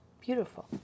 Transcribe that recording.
beautiful